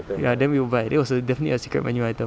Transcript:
ya then we'll buy that was a definitely a secret menu item